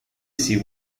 see